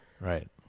Right